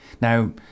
now